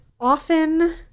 often